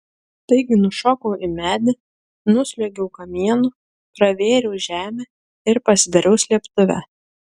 taigi nušokau į medį nusliuogiau kamienu pravėriau žemę ir pasidariau slėptuvę